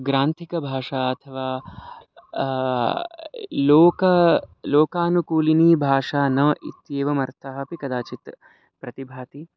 ग्रान्थिकभाषा अथवा लोके लोकानुकूलिनी भाषा न इत्येवमर्थः अपि कदाचित् प्रतिभाति